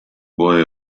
boy